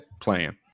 playing